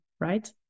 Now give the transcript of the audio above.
right